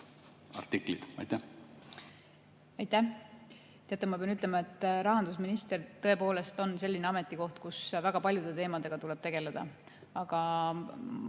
ma pean ütlema, et rahandusminister tõepoolest on selline ametikoht, kus väga paljude teemadega tuleb tegeleda,